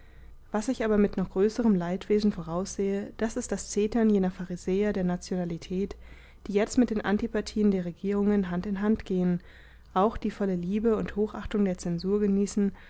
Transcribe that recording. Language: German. was ich aber mit noch größerem leidwesen voraussehe das ist das zetern jener pharisäer der nationalität die jetzt mit den antipathien der regierungen hand in hand gehen auch die volle liebe und hochachtung der zensur genießen